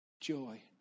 Joy